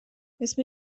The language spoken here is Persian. اسم